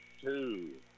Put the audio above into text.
two